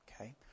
Okay